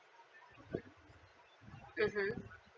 mmhmm